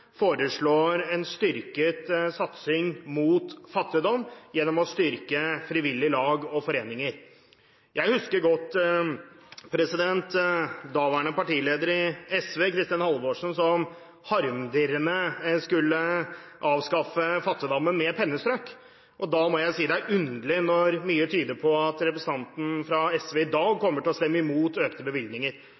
foreslår en styrket satsing på kampen mot fattigdom gjennom å styrke frivillige lag og foreninger. Jeg husker godt daværende partileder i SV, Kristin Halvorsen, som harmdirrende skulle avskaffe fattigdommen med et pennestrøk. Da er det underlig at mye tyder på at representanten fra SV i dag kommer til å stemme imot økte bevilgninger.